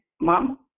Mom